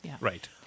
Right